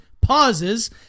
pauses